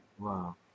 Wow